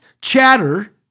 chatter